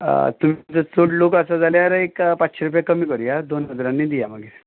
तुमचो चड लोक आसा जाल्यार एक पांचशीं रुपया कमी करूया दोन हजारांनी दिवया मागीर